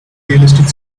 realistic